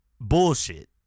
bullshit